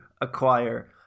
acquire